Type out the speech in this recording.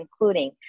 including